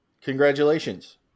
Congratulations